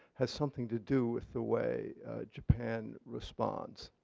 has something to do with the way japan responds.